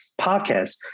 podcast